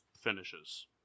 finishes